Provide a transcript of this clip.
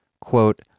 Quote